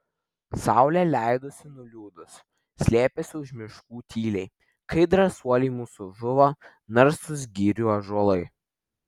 saulė leidosi nuliūdus slėpėsi už miškų tyliai kai drąsuoliai mūsų žuvo narsūs girių ąžuolai